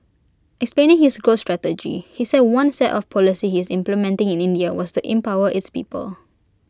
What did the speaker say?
explaining his growth strategy he said one set of policy he is implementing in India was to empower its people